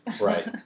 right